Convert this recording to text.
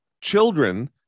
children